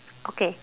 okay